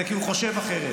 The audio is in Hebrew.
זה כי הוא חושב אחרת.